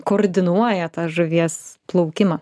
koordinuoja tą žuvies plaukimą